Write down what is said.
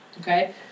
Okay